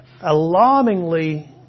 alarmingly